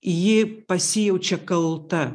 ji pasijaučia kalta